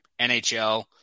NHL